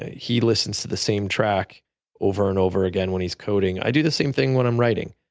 ah he listened to the same track over and over again when he's coding. i do the same thing when i'm writing.